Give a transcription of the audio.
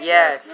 Yes